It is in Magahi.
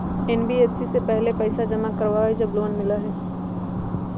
एन.बी.एफ.सी पहले पईसा जमा करवहई जब लोन मिलहई?